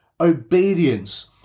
obedience